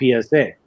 psa